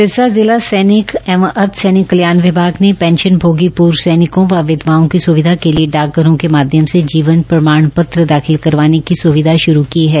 सिरसा जिला सैनिक एवं अर्ध सैनिक कल्याण विभाग ने पेंशनभोगी पूर्व सैनिकों व विधवाओं की सुविधा के लिए डाकघरों के माध्यम से जीवन प्रमाण पत्र दाखिल करवाने की सुविधा शुरू की है